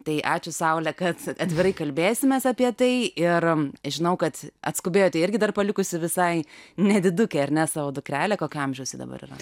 tai ačiū saule kad atvirai kalbėsimės apie tai ir žinau kad atskubėjote irgi dar palikusi visai nedidukę ar ne savo dukrelę kokio amžiaus ji dabar yra